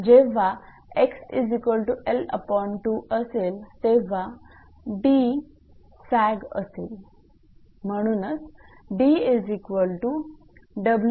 जेव्हा 𝑥𝐿2 असेल तेव्हा d सॅगअसेल